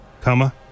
comma